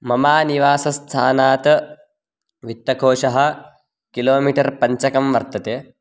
मम निवासस्थानात् वित्तकोषः किलोमीटर् पञ्चकं वर्तते